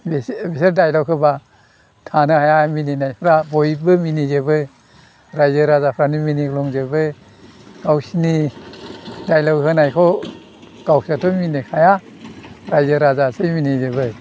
एसे एसे डाइलक होबा थानो हाया मिनिनायफ्रा बयबो मिनिजोबो रायजो राजाफ्रानो मिनिग्लुंजोबो गावसिनि डाइलक होनायखौ गावसोरथ' मिनिखाया रायजो राजायासो मिनिजोबो